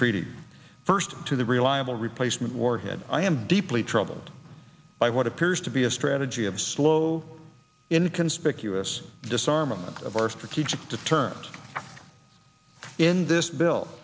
treaty first to the reliable replacement warhead i am deeply troubled by what appears to be a strategy of slow in conspicuous disarmament of our strategic deterrent in this bill